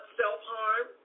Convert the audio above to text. self-harm